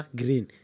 green